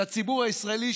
לציבור הישראלי,